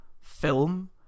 film